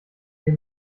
hier